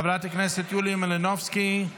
חברת הכנסת יוליה מלינובסקי.